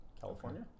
California